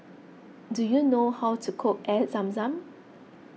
do you know how to cook Air Zam Zam